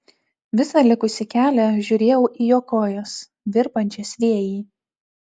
visą likusį kelią žiūrėjau į jo kojas virpančias vėjy